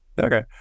okay